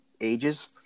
ages